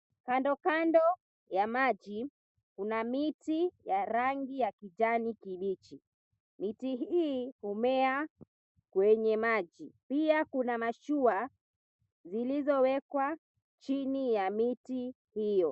Kandokando ya maji kuna miti ya rangi ya kijani kibichi. Miti hii humea kwenye maji. Pia kuna mashua zilizowekwa chini ya miti hiyo.